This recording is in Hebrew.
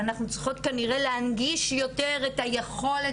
אנחנו צריכות כנראה להנגיש יותר את היכולת